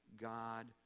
God